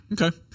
Okay